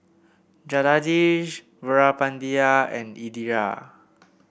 Jagadish Veerapandiya and Indira